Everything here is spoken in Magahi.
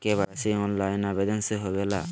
के.वाई.सी ऑनलाइन आवेदन से होवे ला?